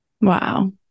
Wow